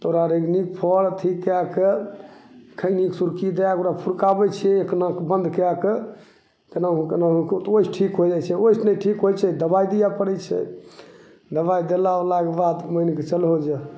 तऽ ओकरा रेगनीके फड़ अथी कैके खैनीके सुरकी दैके ओकरा फुरकाबै छै एक नाक बन्द कैके कोनाहु कोनाहुके तऽ ओहिसे ठीक हो जाइ छै ओहिसे नहि ठीक होइ छै दवाइ दिए पड़ै छै दवाइ देला ओलाके बाद मानिके चलहो जे